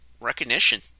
Recognition